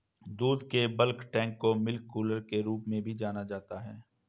दूध के bulk tank को मिल्क कूलर के रूप में भी जाना जाता है